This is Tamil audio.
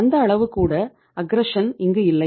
அந்த அளவு கூட அக்கிரஷன் இங்கு இல்லை